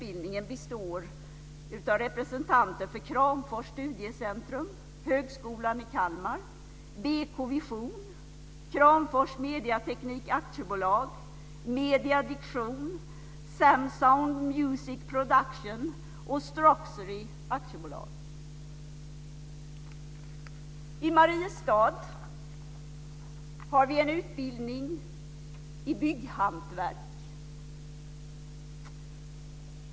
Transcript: I Mariestad har vi en utbildning i bygghantverk.